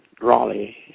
Raleigh